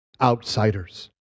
outsiders